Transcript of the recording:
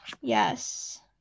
Yes